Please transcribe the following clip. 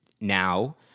now